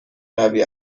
روی